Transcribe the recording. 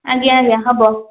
ଆଜ୍ଞା ଆଜ୍ଞା ହେବ